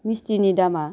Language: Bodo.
मिस्टीनि दामा